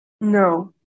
No